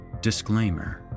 disclaimer